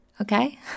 okay